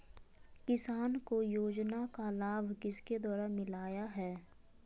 किसान को योजना का लाभ किसके द्वारा मिलाया है?